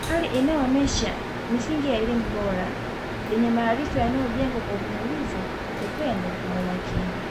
hali inayoonyesha misingi ya elimu bora yenye maarifa yanayojengwa kwa uvumilivu, upendo na umakini.